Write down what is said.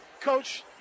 Coach